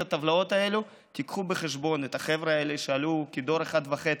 הטבלאות האלה: תיקחו בחשבון את החבר'ה האלה שעלו כדור אחד וחצי,